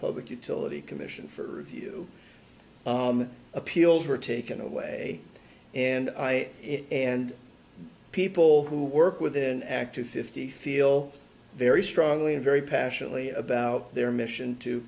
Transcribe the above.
public utility commission for review appeals were taken away and i and people who work with an ak to fifty feel very strongly and very passionately about their mission to